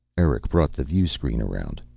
eric brought the view screen around.